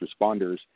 responders